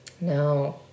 No